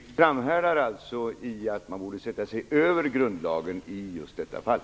Herr talman! Kenneth Kvist framhärdar alltså i att man borde sätta sig över grundlagen i just detta fall.